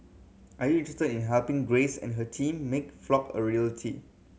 are you interested in helping Grace and her team make Flock a reality